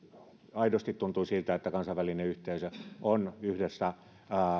aidosti tuntui siltä että kansainvälinen yhteisö on yhdessä